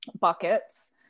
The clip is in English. buckets